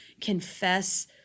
confess